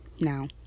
Now